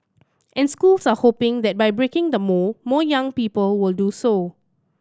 and schools are hoping that by breaking the mould more young people will do so